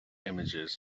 images